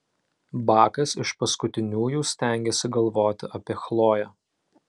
bakas iš paskutiniųjų stengėsi galvoti apie chloję